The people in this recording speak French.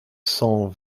cent